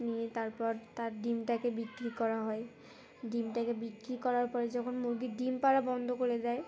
নিয়ে তারপর তার ডিমটাকে বিক্রি করা হয় ডিমটাকে বিক্রি করার পরে যখন মুরগির ডিম পাড়া বন্ধ করে দেয়